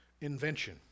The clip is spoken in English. invention